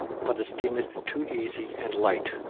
but esteem it too easy and light.